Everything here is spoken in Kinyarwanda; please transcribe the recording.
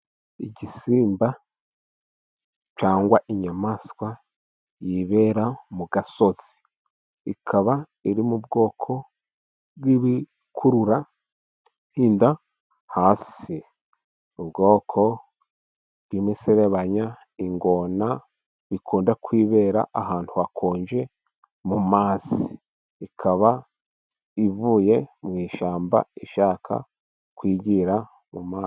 Igisimba cyangwa inyamaswa yibera mu gasozi. Ikaba iri mu bwoko bw'ibikurura inda hasi. Ubwoko bw'imiserebanya, ingona, bikunda kwibera ahantu hakonje mu mazi. Ikaba ivuye mu ishyamba ishaka kwigira mu mazi.